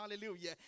hallelujah